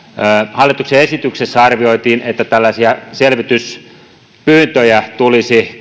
hallituksen esityksessä arvioitiin että tällaisia selvityspyyntöjä tulisi